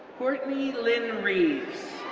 courtney lyn reeves,